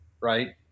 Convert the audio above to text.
Right